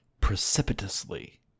precipitously